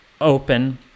open